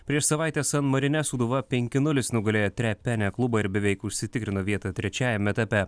prieš savaitę san marine sūduva penki nulis nugalėjo trepene klubą ir beveik užsitikrino vietą trečiajam etape